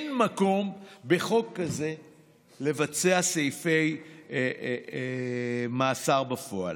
אין מקום בחוק כזה לבצע סעיפי מאסר בפועל.